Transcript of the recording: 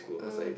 mm